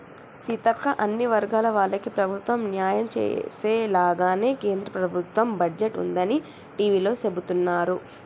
సీతక్క అన్ని వర్గాల వాళ్లకి ప్రభుత్వం న్యాయం చేసేలాగానే కేంద్ర ప్రభుత్వ బడ్జెట్ ఉందని టివీలో సెబుతున్నారు